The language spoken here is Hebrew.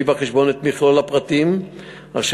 הוא מביא בחשבון את מכלול הפרטים אשר